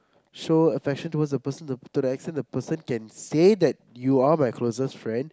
show affection towards the person to the extent that the person can say that you are my closest friend